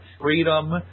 freedom